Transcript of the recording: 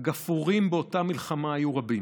הגפרורים באותה מלחמה היו רבים.